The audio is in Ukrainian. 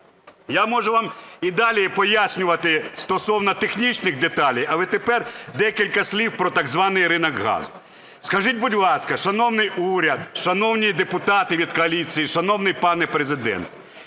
Я можу вам і далі пояснювати стосовно технічних деталей, але тепер декілька слів про так званий ринок газу. Скажіть, будь ласка, шановний уряд, шановні депутати від коаліції, шановний пане Президент,